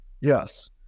Yes